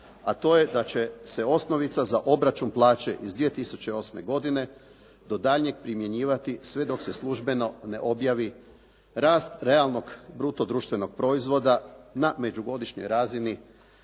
a to je da će se osnovica za obračun plaće iz 2008. godine do daljnjeg primjenjivati sve dok se službeno ne objavi rast realnog bruto društvenog proizvoda na međugodišnjoj razini